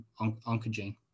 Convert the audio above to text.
oncogene